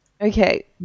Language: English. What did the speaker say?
Okay